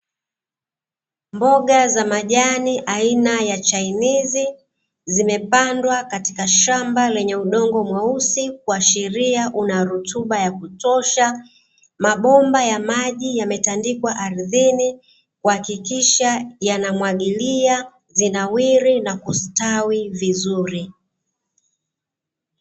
Mboga za majani aina ya chainizi, zimepandwa katika shamba lenye udongo mweusi kuashiria una rutuba ya kutosha. Mabomba ya maji yametandikwa ardhini, kuhakikisha yanamwagilia zinawiri na kusitawi vizuri.